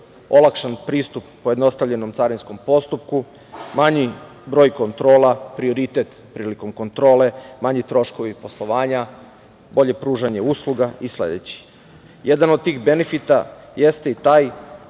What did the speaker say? olakšan pristup pojednostavljenom carinskom postupku, manji broj kontrola, prioritet prilikom kontrole, manji troškovi poslovanja, bolje pružanje usluga i sledeći. Jedan od tih benefita jeste i taj